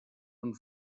und